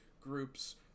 groups